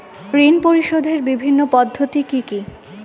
ঋণ পরিশোধের বিভিন্ন পদ্ধতি কি কি?